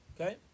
Okay